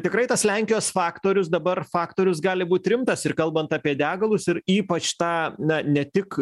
tikrai tas lenkijos faktorius dabar faktorius gali būt rimtas ir kalbant apie degalus ir ypač tą na ne tik